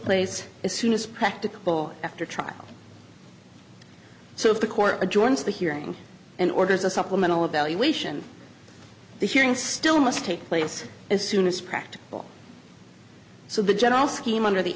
place as soon as practicable after a trial so if the court adjourns the hearing and orders a supplemental a valuation the hearing still must take place as soon as practicable so the general scheme under the